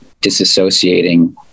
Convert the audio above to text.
disassociating